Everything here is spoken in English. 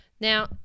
Now